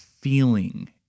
feeling